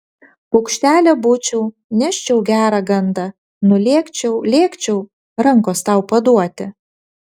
paukštelė būčiau neščiau gerą gandą nulėkčiau lėkčiau rankos tau paduoti